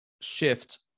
shift